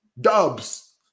dubs